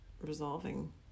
resolving